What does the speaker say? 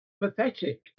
pathetic